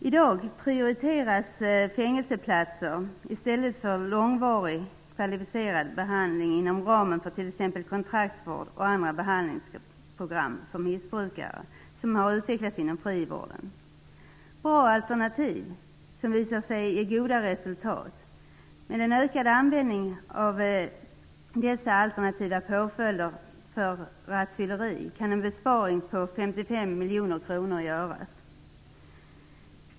I dag prioriters fängelseplatser i stället för en långvarig kvalificerad behandling inom ramen för t.ex. kontraktsvård och andra behandlingsprogram för missbrukare som har utvecklats inom frivården, som är bra alternativ och visar sig ge goda resultat. Med en ökad användning av alternativa påföljder för rattfylleri kan en besparing på 55 miljoner kronor göras.